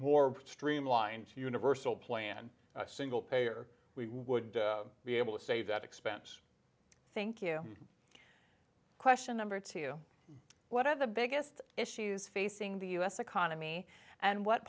more streamlined universal plan a single payer we would be able to save that expense thank you question number two what are the biggest issues facing the u s economy and what